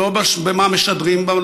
לא במה משדרים בה,